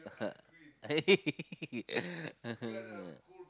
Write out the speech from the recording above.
(uh huh) (uh huh)